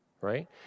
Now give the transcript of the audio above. right